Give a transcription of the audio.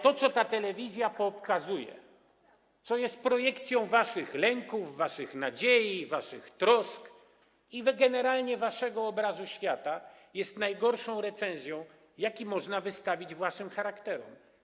To, co ta telewizja pokazuje, co jest projekcją waszych lęków, waszych nadziei, waszych trosk i generalnie waszego obrazu świata, jest najgorszą recenzją, jaką można wystawić waszym charakterom.